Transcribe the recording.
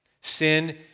Sin